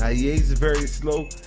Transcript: ah he ages very slow,